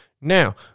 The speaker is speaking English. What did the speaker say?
Now